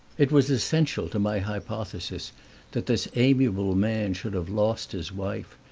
it was essential to my hypothesis that this amiable man should have lost his wife,